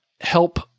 help